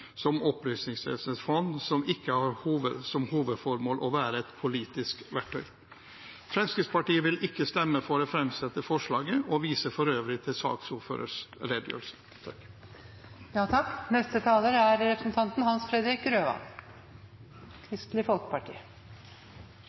som Opplysningsvesenets fond, som ikke har som hovedformål å være et politisk verktøy. Fremskrittspartiet vil ikke stemme for det fremsatte forslaget, og viser for øvrig til saksordførerens redegjørelse.